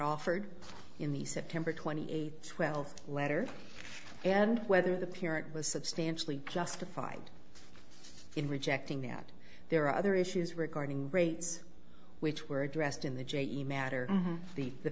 offered in the september twenty eighth twelfth letter and whether the parent was substantially justified in rejecting that there are other issues regarding rates which were addressed in the j e matter the the